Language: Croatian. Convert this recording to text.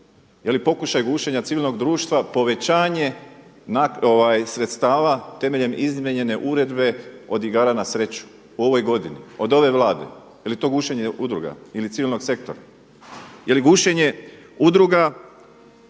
Je li pokušaj gušenja civilnog društva povećanje sredstava temeljem izmijenjene uredbe od igara na sreću u ovoj godini, od ove Vlade? Je li to gušenje udruga ili civilnog sektora? Je li gušenje udruga